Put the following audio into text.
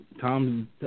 Tom